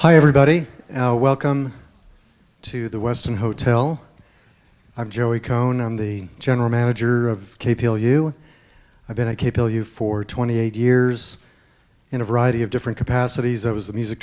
hi everybody welcome to the westin hotel i'm joey cohn on the general manager of cahill you i've been a cable you for twenty eight years in a variety of different capacities i was the music